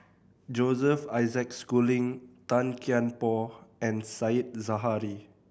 Joseph Isaac Schooling Tan Kian Por and Said Zahari